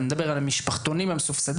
אני מדבר על המשפחתונים המסובסדים,